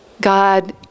God